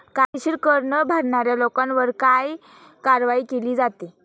कायदेशीर कर न भरणाऱ्या लोकांवर काय कारवाई केली जाते?